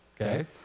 okay